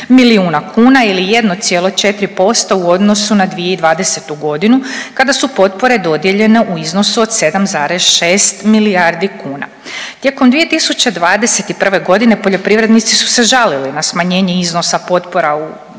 ili 1,4% u odnosu na 2020.g. kada su potpore dodijeljene u iznosu od 7,6 milijardi kuna. Tijekom 2021.g. poljoprivrednici su se žalili na smanjenje iznosa potpora